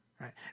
Right